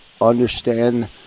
understand